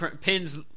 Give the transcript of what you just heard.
pins